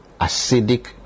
acidic